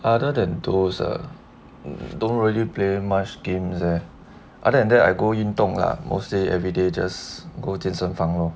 other than those ah don't really play much games leh other than that I go 运动 lah mostly everyday just go 健身房咯